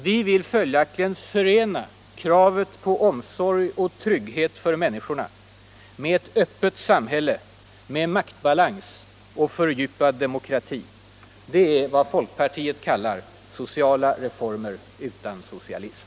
Vi vill följaktligen förena kravet på omsorg och trygghet för människorna med ett öppet samhälle med maktbalans och fördjupad demokrati. Det är vad folkpartiet kallar sociala reformer utan socialism.